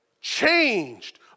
changed